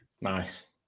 Nice